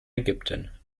ägypten